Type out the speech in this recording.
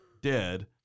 dead